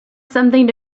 something